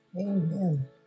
Amen